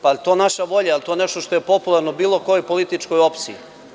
Da li je to naša volja, da li je to nešto što je popularno bilo kojoj političkoj opciji?